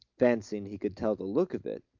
fancying he could tell the look of it,